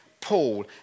Paul